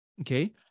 okay